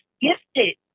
gifted